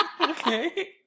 Okay